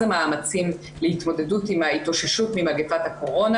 המאמצים להתמודדות עם התאוששות ממגיפת הקורונה.